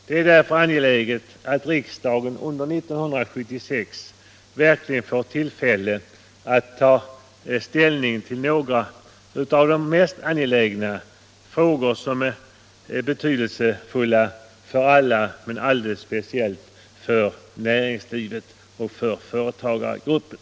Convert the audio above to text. Det är därför angeläget att riksdagen under 1976 verkligen får tillfälle att ta ställning till några av de mest angelägna frågorna — som är betydelsefulla för alla men alldeles speciellt för de mindre företagarna.